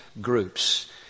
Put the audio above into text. groups